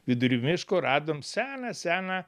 vidury miško radom seną seną